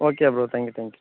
okay bro thank you thank you